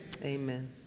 Amen